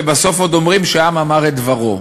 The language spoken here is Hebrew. ובסוף עוד אומרים שהעם אמר את דברו.